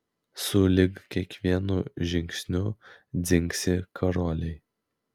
sulig kiekvienu žingsniu dzingsi karoliai